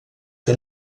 que